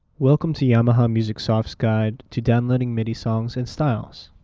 welcome to yamaha musicsoft's guide to downloading midi songs and styles.